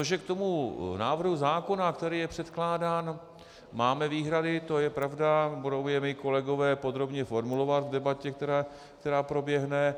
A to, že k tomu návrhu zákona, který je předkládán, máme výhrady, to je pravda, budou je moji kolegové podrobně formulovat v debatě, která proběhne.